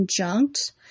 conjunct